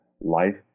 Life